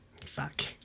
Fuck